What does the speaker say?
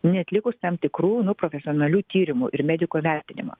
neatlikus tam tikrų nu profesionalių tyrimų ir mediko vertinimo